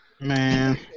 Man